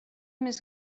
més